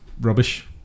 rubbish